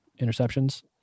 interceptions